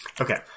Okay